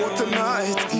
tonight